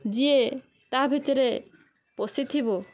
ଯିଏ ତା ଭିତରେ ପଶିଥିବ